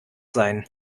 sein